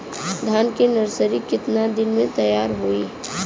धान के नर्सरी कितना दिन में तैयार होई?